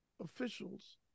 officials